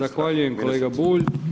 Zahvaljujem kolega Bulj.